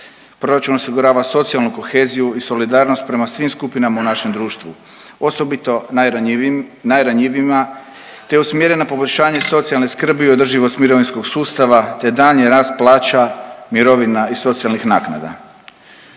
Proračun osigurava socijalu koheziju i solidarnost prema svim skupinama u našem društvu, osobito najranjivijim, najranjivijima, te je usmjeren na poboljšanje socijalne skrbi i održivost mirovinskog sustava, te daljnji rast plaća, mirovina i socijalnih naknada.